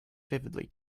vividly